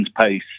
pace